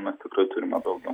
mes tikrai turime daugiau